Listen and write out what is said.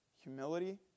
humility